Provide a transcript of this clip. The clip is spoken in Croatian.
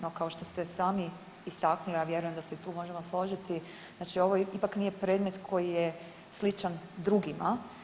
No kao što ste sami istaknuli, ja vjerujem da se i tu možemo složiti, znači ovo ipak nije predmet koji je sličan drugima.